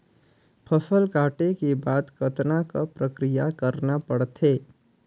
फसल काटे के बाद कतना क प्रक्रिया करना पड़थे?